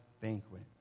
banquet